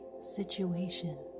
situation